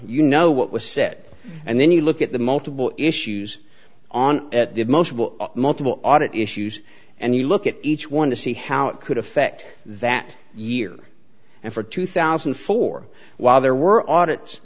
you know what was said and then you look at the multiple issues on at the most multiple audit issues and you look at each one to see how it could affect that year and for two thousand and four while there were audits